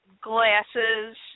glasses